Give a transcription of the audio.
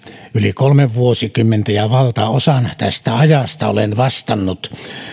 lääkärinä yli kolme vuosikymmentä ja valtaosan tästä ajasta olen vastannut